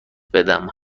بدم